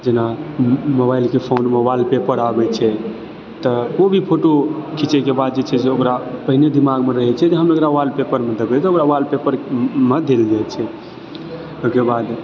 जेना मोबाइलके फोनमे वालपेपर आबैत छै तऽ ओ भी फोटो खिंचयके बाद जे छै से ओकरा पहिने दिमागमे रहैत छै जे हम एकरा वालपेपरमे देबय तऽ ओकरा वालपेपरमे देल जाइ छै ओहिके बाद